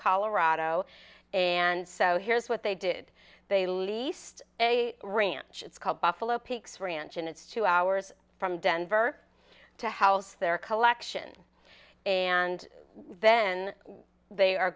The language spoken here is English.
colorado and so here's what they did they leave a ranch it's called buffalo peaks ranch and it's two hours from denver to house their collection and then they are